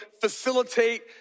facilitate